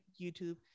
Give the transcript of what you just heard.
YouTube